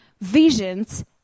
visions